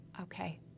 Okay